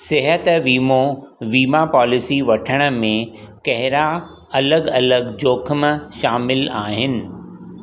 सिहत वीमो वीमा पॉलिसी वठण में कहिड़ा अलॻि अलॻि जोख़िम शामिलु आहिनि